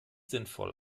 sinnvoll